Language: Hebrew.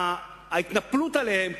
וההתנפלות עליהם,